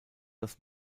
das